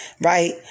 right